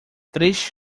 três